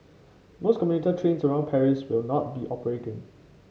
most commuter trains around Paris will not be operating